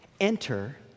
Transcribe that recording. Enter